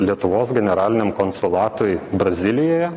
lietuvos generaliniam konsulatui brazilijoje